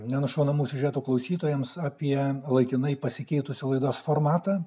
nenušaunamų siužetų klausytojams apie laikinai pasikeitusią laidos formatą